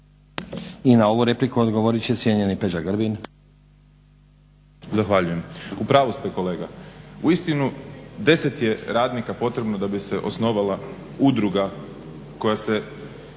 I na ovu repliku odgovorit će cijenjeni Peđa Grbin. **Grbin, Peđa (SDP)** Zahvaljujem. U pravu ste kolega uistinu deset je radnika potrebno da bi se osnovala udruga koja ima